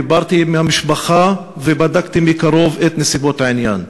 דיברתי עם המשפחה ובדקתי מקרוב את נסיבות העניין.